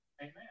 Amen